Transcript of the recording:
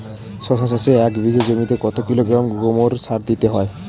শশা চাষে এক বিঘে জমিতে কত কিলোগ্রাম গোমোর সার দিতে হয়?